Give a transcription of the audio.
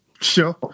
sure